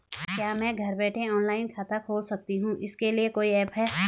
क्या मैं घर बैठे ऑनलाइन खाता खोल सकती हूँ इसके लिए कोई ऐप है?